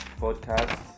podcast